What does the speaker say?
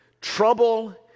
trouble